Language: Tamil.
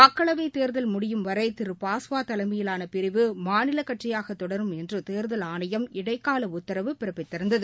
மக்களவைத் தேர்தல் முடியும் வரை திரு பாஸ்வா தலைமையிலான பிரிவு மாநிலக் கட்சியாகத் தொடரும் என்று தேர்தல் ஆணையம் இடைக்கால உத்தரவு பிறப்பித்திருந்தது